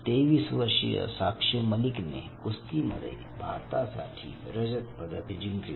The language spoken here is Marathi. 23 वर्षीय साक्षी मलिक ने कुस्तीमध्ये भारतासाठी रजत पदक जिंकले